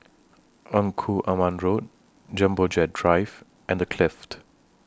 Engku Aman Road Jumbo Jet Drive and The Clift